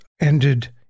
ended—